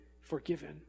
forgiven